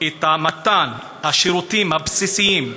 את מתן השירותים הבסיסיים,